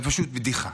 זה פשוט בדיחה.